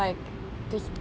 like this